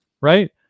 right